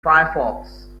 firefox